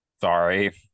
Sorry